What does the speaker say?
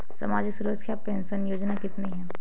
सामाजिक सुरक्षा पेंशन योजना कितनी हैं?